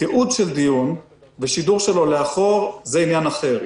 תיעוד של דיון ושידור שלו לאחור זה עניין אחר.